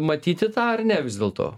matyti tą ar ne vis dėlto